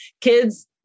Kids